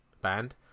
band